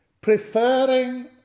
preferring